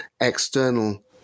external